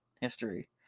history